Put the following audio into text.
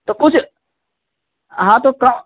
तो कुछ हाँ तो का